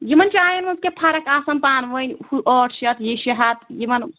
یِمَن چایَن منٛز کیٛاہ فرق آسان پانہٕ ؤنۍ ہُہ ٲٹھ شیٚتھ یہِ شےٚ ہَتھ یِمَن